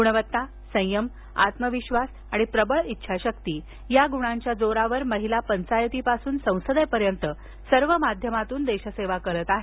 गुणवत्ता संयमआत्मविश्वास आणि प्रबल इच्छाशक्ती या गुणांच्या जोरावर महिला पंचायतीपासून संसदेपर्यंत सर्व माध्यमांतून देशसेवा करत आहेत